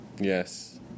yes